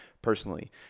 personally